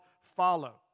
Follow